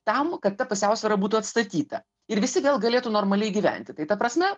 tam kad ta pusiausvyra būtų atstatyta ir visi vėl galėtų normaliai gyventi tai ta prasme